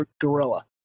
Gorilla